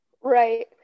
right